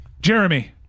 Jeremy